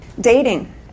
Dating